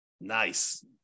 Nice